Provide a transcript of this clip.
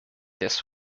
this